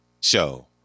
Show